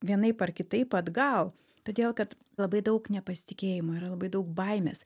vienaip ar kitaip atgal todėl kad labai daug nepasitikėjimo yra labai daug baimės